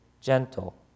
gentle